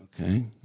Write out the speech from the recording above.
Okay